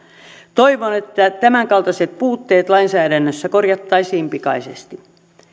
toivon että tämänkaltaiset puutteet lainsäädännössä korjattaisiin pikaisesti